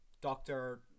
Doctor